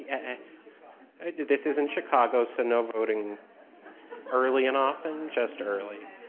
yeah this isn't chicago, so no voting early and often, just early.